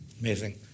Amazing